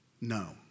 No